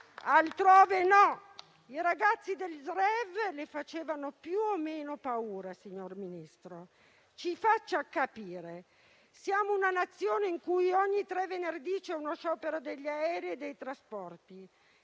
altrove no. I ragazzi del *rave* le facevano più o meno paura, signor Ministro? Ci faccia capire. Siamo una Nazione in cui, ogni tre venerdì, c'è uno sciopero degli aerei e dei trasporti